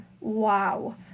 wow